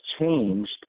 changed